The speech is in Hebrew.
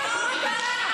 היא רוצה לדבר על